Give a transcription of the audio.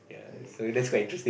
okay